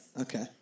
Okay